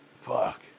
Fuck